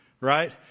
right